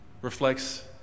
reflects